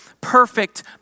perfect